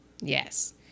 Yes